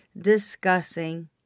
discussing